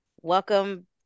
Welcome